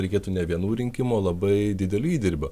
reikėtų ne vienų rinkimų o labai didelio įdirbio